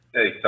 Hey